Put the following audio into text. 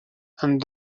and